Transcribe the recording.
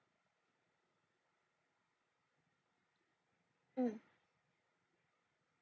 mm